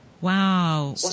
Wow